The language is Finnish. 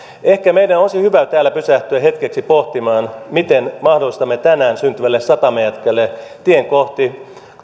ehkä meidän olisi hyvä täällä pysähtyä hetkeksi pohtimaan miten mahdollistamme tänään syntyvälle satamajätkälle tien kohti